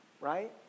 right